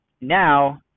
now